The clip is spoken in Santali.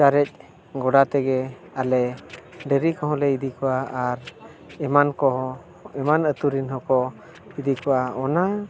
ᱪᱟᱨᱮᱡᱽ ᱜᱚᱰᱟ ᱛᱮᱜᱮ ᱟᱞᱮ ᱰᱟᱝᱨᱤ ᱠᱚᱦᱚᱸᱞᱮ ᱤᱫᱤ ᱠᱚᱣᱟ ᱟᱨ ᱮᱢᱟᱱ ᱠᱚᱦᱚᱸ ᱮᱢᱟᱱ ᱟᱹᱛᱩ ᱨᱮᱱ ᱠᱚᱦᱚᱸ ᱤᱫᱤ ᱠᱚᱣᱟ ᱚᱱᱟ